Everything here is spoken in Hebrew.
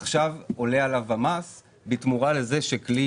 עכשיו עולה עליו המס בתמורה לזה שכלי